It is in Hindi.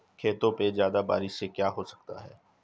खेतों पे ज्यादा बारिश से क्या हो सकता है?